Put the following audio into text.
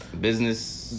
business